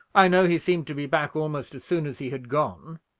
i know he seemed to be back almost as soon as he had gone.